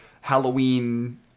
Halloween